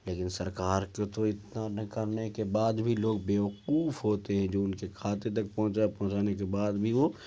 لیکن سرکار کو تو اتنا میں کرنے کے بعد بھی لوگ بے وقوف ہوتے ہیں جو ان کے کھاتے تک پہنچا پہنچانے کے بعد بھی وہ